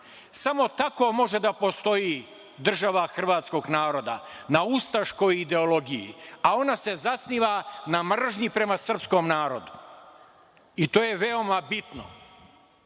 Samo tako može da postoji država hrvatskog naroda - na ustaškoj ideologiji, a ona se zasniva na mržnji prema srpskom narodu, i to je veoma bitno.Zašto